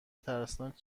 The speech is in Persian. ترسناک